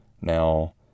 Now